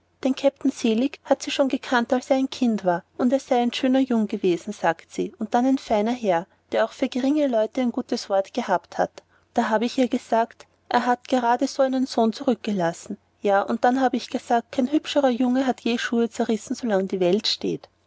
den herrn kapitän selig hat sie schon gekannt wie er ein kind war und er sei ein schöner jung gewesen sagte sie und dann ein feiner herr der auch für geringe leute ein gutes wort gehabt hat da hab ich zu ihr gesagt er hat gerade so einen sohn zurückgelassen ja und dann hab ich gesagt kein hübscherer junge hat je schuhe zerrissen solange die welt steht